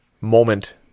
moment